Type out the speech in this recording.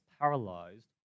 paralyzed